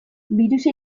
birusa